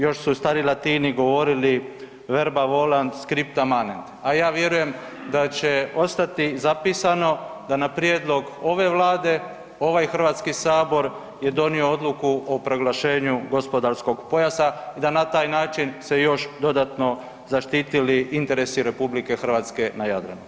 Još su stari Latini govorili „verba volant scripta manent“, a ja vjerujem da će ostati zapisano da na prijedlog ove Vlade ovaj Hrvatski sabor je donio odluku o proglašenju gospodarskog pojasa i da na taj način se još dodatno zaštitili interesi RH na Jadranu.